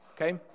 okay